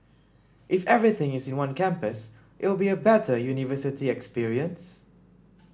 if everything is in one campus it'll be a better university experience